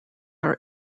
are